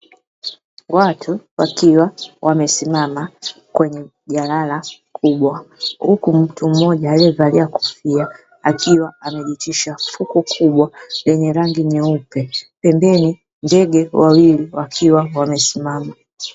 Watu wakiwa wamesimama kwenye jalala, kubwa huku mtu mmoja akiwa amevalia kofia akiwa amejitwisha fuko kubwa lenye rangi nyeupe pembeni ndege wawili wakiwa wamesimama.